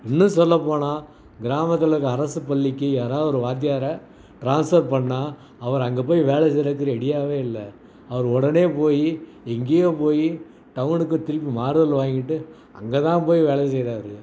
இன்னும் சொல்ல போனால் கிராமத்தில் இருக்க அரசு பள்ளிக்கு யாரா ஒரு வாத்தியாரை ட்ரான்ஸ்வர் பண்ணால் அவர் அங்கே போய் வேலை செய்யறதுக்கு ரெடியாகவே இல்லை அவர் உடனே போய் எங்கேயோ போய் டவுனுக்கு திருப்பி மாடல் வாங்கிட்டு அங்கேதான் போய் வேலை செய்றார்